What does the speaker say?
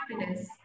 happiness